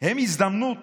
הן הזדמנות